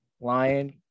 lion